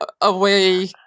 Away